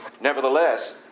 Nevertheless